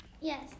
Yes